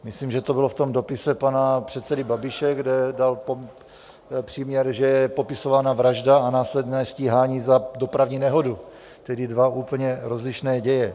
Myslím, že to bylo v dopise pana předsedy Babiše, kde dal příměr, že je popisována vražda a následné stíhání za dopravní nehodu, tedy dva úplně rozlišné děje.